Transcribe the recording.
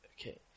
Okay